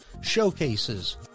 showcases